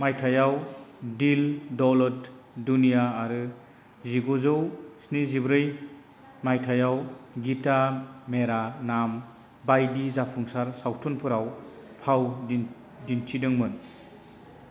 माइथायाव दिल दौलत दुनिया आरो जिगुजौ स्निजिब्रै मायथाइयाव गीता मेरा नाम बायदि जाफुंसार सावथुनफोराव फाव दिनथिदोंमोन